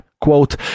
quote